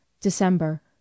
December